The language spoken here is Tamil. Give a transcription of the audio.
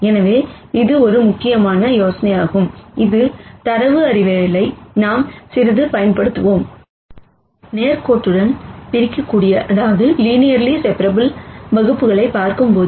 எனவே இது ஒரு மிக முக்கியமான யோசனையாகும் இது டேட்டா சயின்ஸ்ஐ நாம் சிறிது பயன்படுத்துவோம் நேர்கோட்டுடன் பிரிக்கக்கூடிய வகுப்புகளைப் பார்க்கும்போது